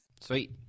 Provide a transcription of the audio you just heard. Sweet